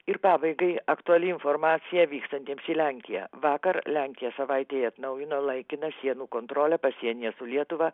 ir pabaigai aktuali informacija vykstantiems į lenkiją vakar lenkija savaitei atnaujino laikiną sienų kontrolę pasienyje su lietuva